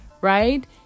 Right